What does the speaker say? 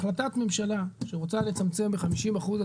החלטת ממשלה שרוצה לצמצם ב-50% את